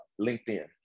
LinkedIn